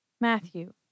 Matthew